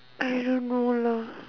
I don't know lah